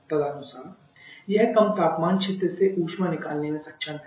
तदनुसार यह कम तापमान क्षेत्र से ऊष्मा निकालने में सक्षम है